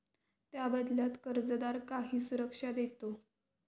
त्या बदल्यात कर्जदार काही सुरक्षा देतो